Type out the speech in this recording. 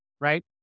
Right